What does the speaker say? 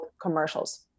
commercials